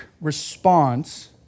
response